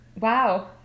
Wow